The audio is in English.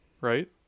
right